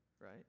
right